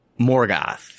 Morgoth